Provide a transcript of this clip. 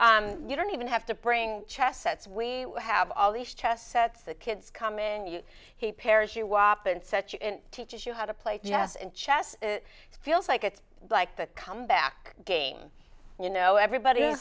like you don't even have to bring chess sets we have all these chess sets the kids come in you he pairs you walk up and such teaches you how to play chess and chess it feels like it's like the comeback game you know everybody